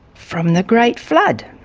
from the great flood.